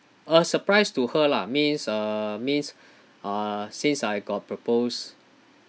a surprise to her lah means uh means uh since I got propose